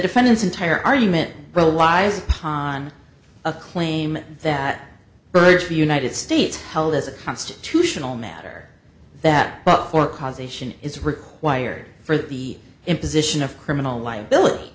defendant's entire argument well why is upon a claim that very few united states held as a constitutional matter that for causation is required for the imposition of criminal liability